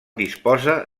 disposa